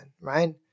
right